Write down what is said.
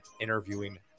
interviewing